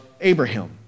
Abraham